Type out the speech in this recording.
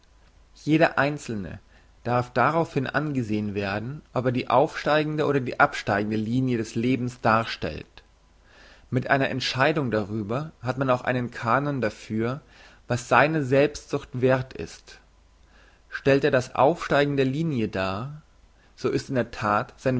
jeder einzelne darf darauf hin angesehen werden ob er die aufsteigende oder die absteigende linie des lebens darstellt mit einer entscheidung darüber hat man auch einen kanon dafür was seine selbstsucht werth ist stellt er das aufsteigen der linie dar so ist in der that sein